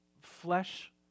flesh